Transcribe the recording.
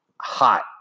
hot